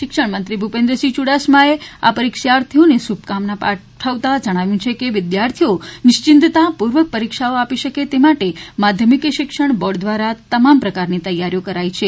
શિક્ષણમંત્રી ભૂપેન્દ્રસિંહ યુડાસમાએ આ પરીક્ષાર્થીઓને શુભકામના પાઠવતા જણાવ્યું છે કે વિદ્યાર્થીઓ નિશ્ચિતતાપૂર્વક પરીક્ષાઓ આપી શકે તે માટે માધ્યમમિક શિક્ષણ બોર્ડ દ્વારા તમામ પ્રકારની તૈયારીઓ કરાઈ છે